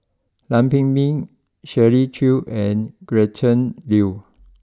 Lam Pin Min Shirley Chew and Gretchen Liu